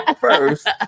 first